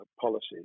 policies